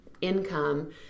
income